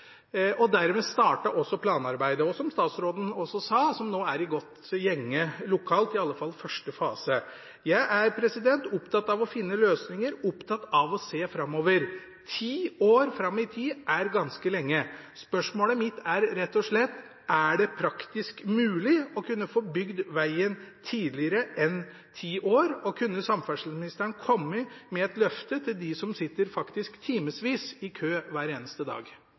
og dermed startet også planarbeidet, som statsråden også sa. Det er nå i godt gjenge lokalt, iallfall første fase. Jeg er opptatt av å finne løsninger, opptatt av å se framover. Ti år fram i tid er ganske lenge. Spørsmålet mitt er rett og slett: Er det praktisk mulig å kunne få bygd vegen tidligere enn om ti år, og kunne samferdselsministeren kommet med et løfte til dem som faktisk sitter timevis i kø hver eneste dag?